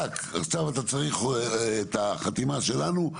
פתאום עכשיו אתה צריך את החתימה שלנו,